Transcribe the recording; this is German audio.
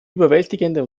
überwältigende